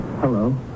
hello